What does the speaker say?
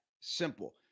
simple